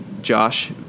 Josh